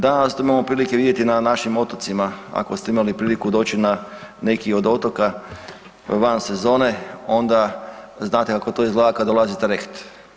Danas to imamo prilike vidjeti na našim otocima ako ste imali priliku doći na neki od otoka van sezone, onda znate kako to izgleda kad dolazi trajekt.